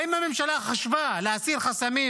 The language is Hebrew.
האם הממשלה חשבה להסיר חסמים